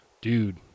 dude